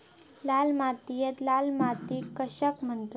लाल मातीयेक लाल माती कशाक म्हणतत?